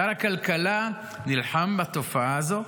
שר הכלכלה נלחם בתופעה הזו,